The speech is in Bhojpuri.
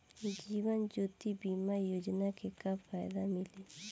जीवन ज्योति बीमा योजना के का फायदा मिली?